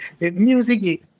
music